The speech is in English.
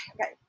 okay